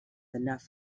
enough